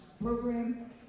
program